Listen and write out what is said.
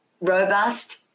robust